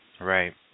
Right